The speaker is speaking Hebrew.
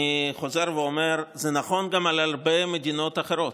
אני חוזר ואומר שזה נכון גם להרבה מדינות אחרות.